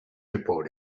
report